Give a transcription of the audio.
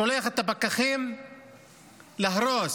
שולח את הפקחים להרוס.